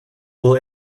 will